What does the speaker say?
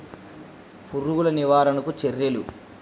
పురుగులు నివారణకు చర్యలు?